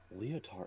Leotard